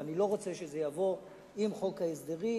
ואני לא רוצה שזה יעבור עם חוק ההסדרים,